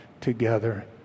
together